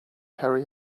harry